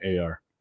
AR